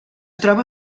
troba